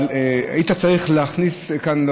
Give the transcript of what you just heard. אבל היית צריך להכניס כאן,